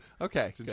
okay